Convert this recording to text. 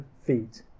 feet